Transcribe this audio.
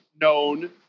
known